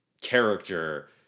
character